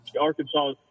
Arkansas